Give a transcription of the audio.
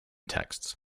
texts